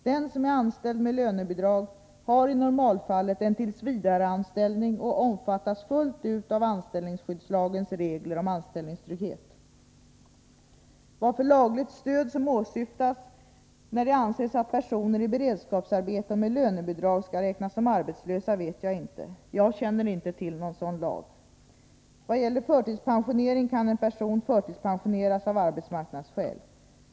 Den som är anställd med lönebidrag har i normalfallet en tillsvidareanställning och omfattas fullt ut av anställningsskyddslagens regler om anställningstrygghet. Vad för lagligt stöd som åsyftas när det anses att personer i beredskapsarbete och med lönebidrag skall räknas som arbetslösa vet jag inte. Jag känner inte till någon sådan lag. Vad gäller förtidspensionering kan en person förtidspensioneras av arbetsmarknadsskäl.